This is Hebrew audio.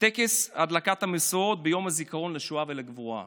טקס הדלקת המשואות ביום הזיכרון לשואה ולגבורה.